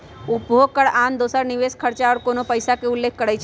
उपभोग कर आन दोसर निवेश खरचा पर कोनो पइसा के उल्लेख करइ छै